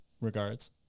regards